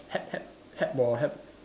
help help help boy help